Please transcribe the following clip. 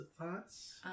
thoughts